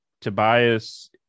Tobias